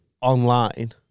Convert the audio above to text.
online